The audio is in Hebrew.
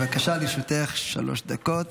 בבקשה, לרשותך שלוש דקות.